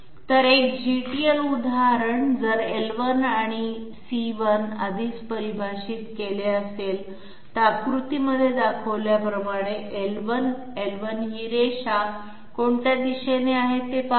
तर एक GTL उदाहरण जर l1 आणि c1 आधीच परिभाषित केले असेल तर आकृती मध्ये दाखवल्याप्रमाणे l1 l1 ही रेषा कोणत्या दिशेकडे आहे ते पाहू